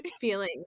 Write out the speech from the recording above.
feeling